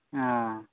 ᱚᱼᱚ